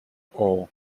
all